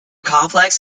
complex